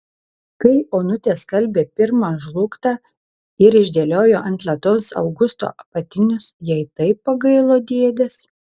kai onutė skalbė pirmą žlugtą ir išdėliojo ant lentos augusto apatinius jai taip pagailo dėdės